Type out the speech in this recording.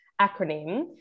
acronym